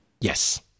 yes